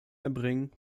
erbringen